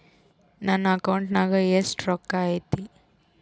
ನನ್ನ ಅಕೌಂಟ್ ನಾಗ ಎಷ್ಟು ರೊಕ್ಕ ಐತಿ?